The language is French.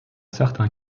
certains